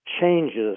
changes